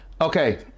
Okay